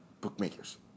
bookmakers